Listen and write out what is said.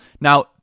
Now